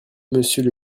monsieur